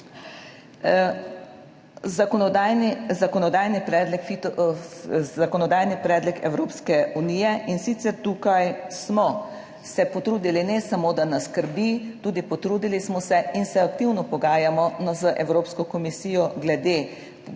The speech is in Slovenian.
Zakonodajni predlog Evropske unije in sicer tukaj smo se potrudili, ne samo, da nas skrbi, tudi potrudili smo se in se aktivno pogajamo z Evropsko komisijo glede